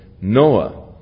Noah